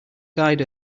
guide